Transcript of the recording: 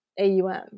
AUM